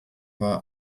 war